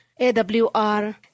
AWR